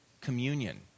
communion